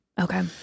okay